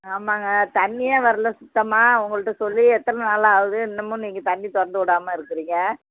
ஆமாங்க தண்ணியே வரலை சுத்தமாக உங்கள்கிட்ட சொல்லி எத்தனை நாள் ஆகுது இன்னமும் நீங்கள் தண்ணி திறந்து விடாம இருக்கிறிங்க